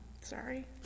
Sorry